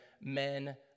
men